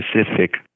specific